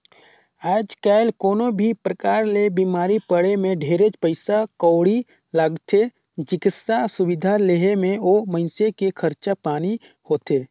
आयज कायल कोनो भी परकार ले बिमारी पड़े मे ढेरेच पइसा कउड़ी लागथे, चिकित्सा सुबिधा लेहे मे ओ मइनसे के खरचा पानी होथे